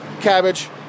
cabbage